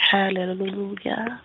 Hallelujah